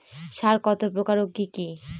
সার কত প্রকার ও কি কি?